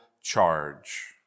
charge